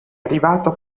arrivato